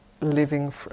living